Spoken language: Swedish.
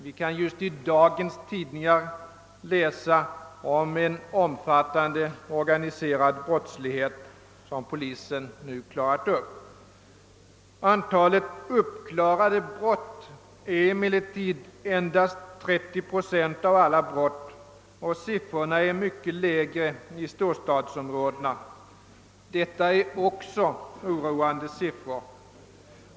Vi kan just i dagens tidningar läsa om en omfattande organiserad brottslighet som polisen nu har klarat upp. Antalet uppklarade brott är emellertid endast 30 procent av alla brott, och siffrorna är mycket lägre i storstadsområdena. Dessa siffror är också oroande.